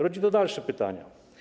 Rodzi to dalsze pytania.